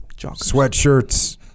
sweatshirts